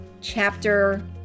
Chapter